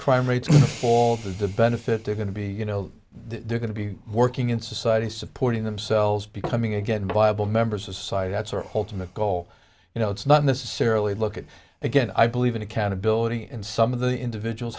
crime rates for the benefit are going to be you know they're going to be working in society supporting themselves becoming again viable members of society that's our whole team of goal you know it's not necessarily look at again i believe in accountability and some of the individuals